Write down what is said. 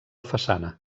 façana